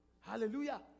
Hallelujah